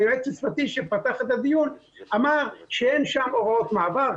שהיועץ המשפטי שפתח את הדיון אמר שאין שם הוראות מעבר,